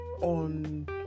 on